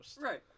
Right